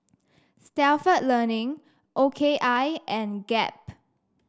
Stalford Learning O K I and Gap